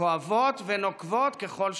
כואבות ונוקבות ככל שיהיו.